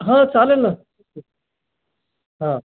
हो चालेल नं